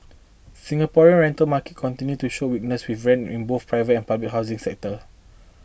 Singaporean rental market continued to show weakness with rents in both private and public housing segments